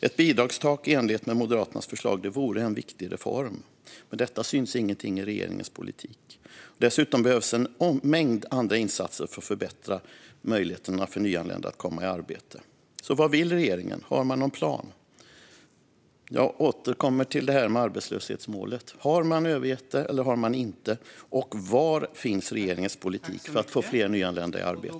Ett bidragstak i enlighet med Moderaternas förslag vore en viktig reform, men av detta syns ingenting i regeringens politik. Dessutom behövs en mängd andra insatser för att förbättra möjligheterna för nyanlända att komma i arbete. Vad vill regeringen? Har man någon plan? Jag återkommer till arbetslöshetsmålet. Har man eller har man inte övergett det? Och var finns regeringens politik för att få fler nyanlända i arbete?